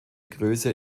größe